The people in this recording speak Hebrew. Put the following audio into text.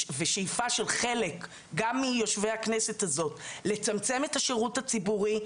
ושאיפה של חלק גם מיושבי הכנסת הזאת לצמצם את השירות הציבורי,